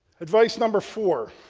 advice number four,